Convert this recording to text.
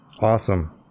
Awesome